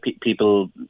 people